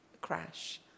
crash